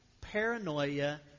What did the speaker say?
paranoia